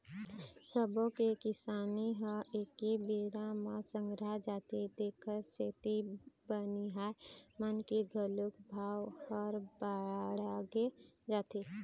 सब्बो के किसानी ह एके बेरा म संघरा जाथे तेखर सेती बनिहार मन के घलोक भाव ह बाड़गे जाथे